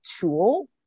tool